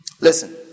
listen